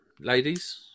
Ladies